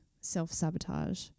self-sabotage